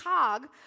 cog